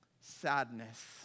sadness